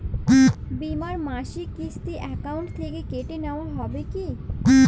বিমার মাসিক কিস্তি অ্যাকাউন্ট থেকে কেটে নেওয়া হবে কি?